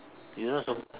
you know so